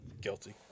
guilty